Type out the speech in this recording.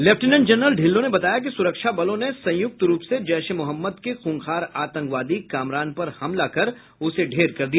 lieutenant general Dhillon ने बताया कि सुरक्षा बलों ने संयुक्त रूप से जैश ए मोहम्मद के खूंखार आतंकवादी कामरान पर हमला कर उसे ढेर कर दिया